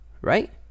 right